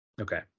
Okay